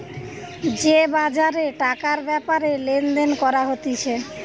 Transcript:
যে বাজারে টাকার ব্যাপারে লেনদেন করা হতিছে